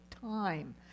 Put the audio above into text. time